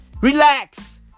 Relax